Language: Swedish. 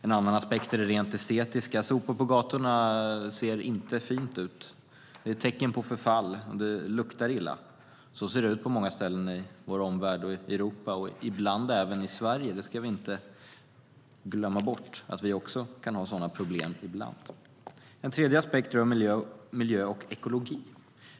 En annan aspekt är den rent estetiska: Sopor på gatorna ser inte fint ut. Det är ett tecken på förfall, och det luktar illa. Så ser det ut på många ställen i vår omvärld, i Europa och ibland även i Sverige. Vi ska inte glömma bort att också vi kan ha sådana problem ibland. En tredje aspekt rör miljö och ekologi.